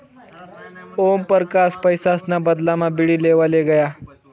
ओमपरकास पैसासना बदलामा बीडी लेवाले गया